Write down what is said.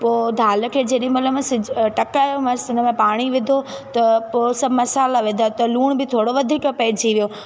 पोइ दाल खे जेॾीमहिल मां सिझ टहिकायोमांसि उन में पाणी विधो त पोइ सभु मसाल्हा विधा त लूणु बि थोरो वधीक पइजी वियो